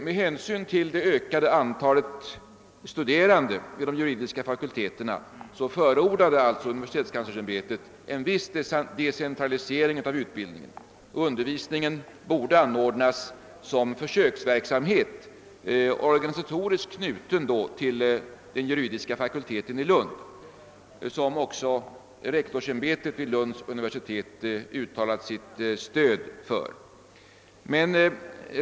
Med hänsyn till det ökade antalet studerande vid de juridiska fakulteterna förordade universitetskanslersämbetet en viss decentralisering av utbildningen, och undervisningen borde anordnas som en försöksverksamhet, organisatoriskt knuten till den juridiska fakulteten i Lund, vilket rektorsämbetet vid Lunds universitet hade uttalat sig vilja stödja.